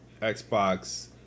Xbox